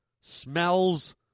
Smells